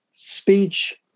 Speech